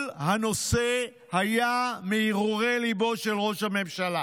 כל הנושא היה מהרהורי ליבו של ראש הממשלה.